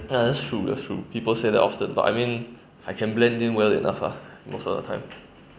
ya that's true that true people say that often but I mean I can blend in well enough ah most of the time